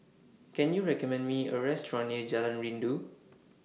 Can YOU recommend Me A Restaurant near Jalan Rindu